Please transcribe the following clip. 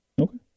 Okay